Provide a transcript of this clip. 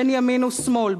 בין ימין ושמאל,